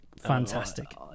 fantastic